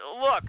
look